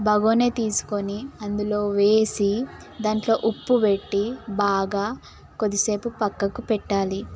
బోగోని తీసుకొని అందులో వేసి దాంట్లో ఉప్పు పెట్టి బాగా కొద్దిసేపు పక్కకు పెట్టాలి